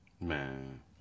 man